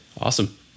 Awesome